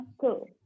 Cool